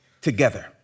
together